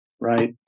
right